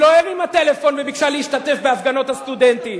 הוא הבטיח הבטחות לסטודנטים,